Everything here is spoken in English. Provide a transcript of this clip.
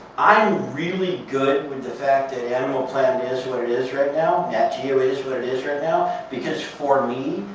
i'm really good with the fact that animal planet is what it is right now, nat geo is what it is right now. because for me,